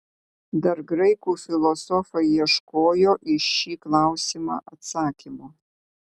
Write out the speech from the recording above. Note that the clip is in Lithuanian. dar graikų filosofai ieškojo į šį klausimą atsakymo